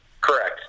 Correct